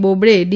Bobde D